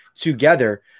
together